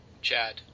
Chad